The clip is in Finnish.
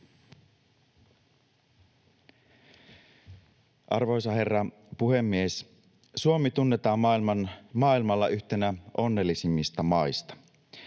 Arvoisa herra puhemies! Suomi tunnetaan maailmalla yhtenä onnellisimmista maista.